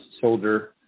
soldier